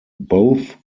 both